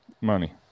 Money